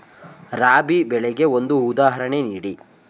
ರಾಬಿ ಬೆಳೆಗೆ ಒಂದು ಉದಾಹರಣೆ ನೀಡಿ